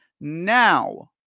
now